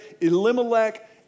Elimelech